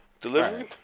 Delivery